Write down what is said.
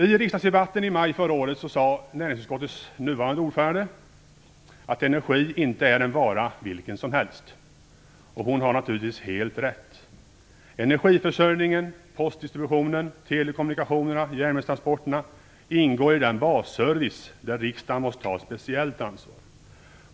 I riksdagsdebatten i maj förra året sade näringsutskottets nuvarande ordförande att energi inte är en vara vilken som helst. Hon har naturligtvis helt rätt. Energiförsörjningen, postdistributionen, telekommunikationerna och järnvägstransporterna ingår i den basservice där riksdagen måste ta ett speciellt ansvar.